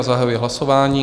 Zahajuji hlasování.